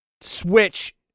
Switch